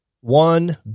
One